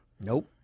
Nope